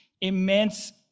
immense